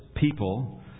people